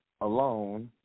Alone